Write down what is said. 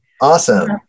awesome